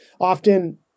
often